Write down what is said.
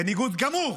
בניגוד גמור